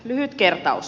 lyhyt kertaus